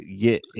get